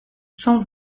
cent